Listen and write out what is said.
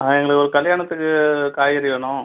ஆ எங்களுக்கு ஒரு கல்யாணத்துக்கு காய்கறி வேணும்